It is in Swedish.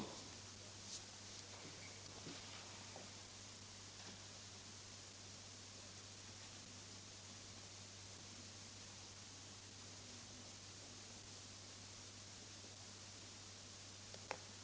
sysselsättningen i Blekinge